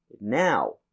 Now